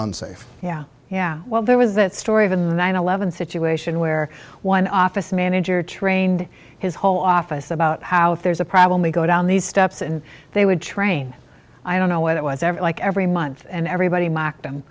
unsafe yeah yeah well there was that story of in the nine eleven situation where one office manager trained his whole office about how if there's a problem we go down these steps and they would train i don't know what it was every like every month and everybody mock